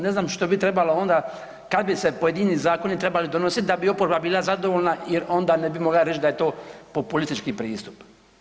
Ne znam što bi trebalo onda, kada bi se pojedini zakoni trebali donositi da bi oporba bila zadovoljna jer onda ne bi mogao reći da je to populistički pristup.